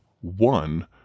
one